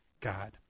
God